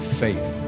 faith